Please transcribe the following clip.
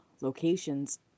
locations